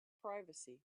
privacy